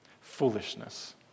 foolishness